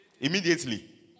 Immediately